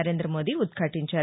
నరేం్రద మోదీ ఉద్ఘాటించారు